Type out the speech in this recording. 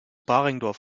baringdorf